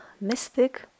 mystic